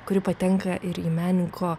kuri patenka ir į menininko